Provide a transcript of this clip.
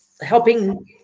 helping